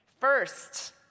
First